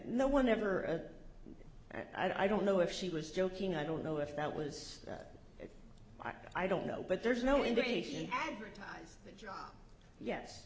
no one ever and i don't know if she was joking i don't know if that was it i don't know but there's no indication advertise